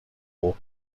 war